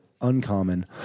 uncommon